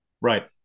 Right